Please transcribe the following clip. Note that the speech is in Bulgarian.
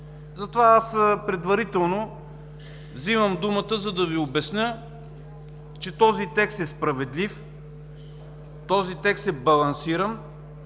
Затова аз предварително вземам думата, за да Ви обясня, че този текст е справедлив, този текст е балансиран,